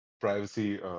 privacy